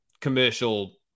commercial